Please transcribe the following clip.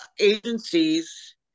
Agencies